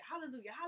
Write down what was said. hallelujah